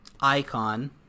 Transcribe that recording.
Icon